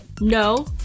no